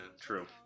True